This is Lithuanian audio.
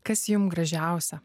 kas jum gražiausia